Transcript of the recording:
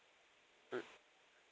mm